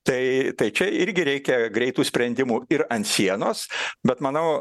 tai tai čia irgi reikia greitų sprendimų ir ant sienos bet manau